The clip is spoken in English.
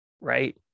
right